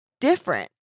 different